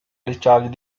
discharged